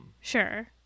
Sure